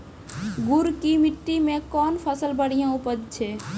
गुड़ की मिट्टी मैं कौन फसल बढ़िया उपज छ?